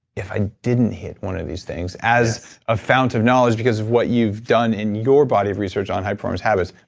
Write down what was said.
if i didn't hit one of these things. as a fountain of knowledge because of what you've done in your body of research on high performance habits,